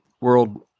world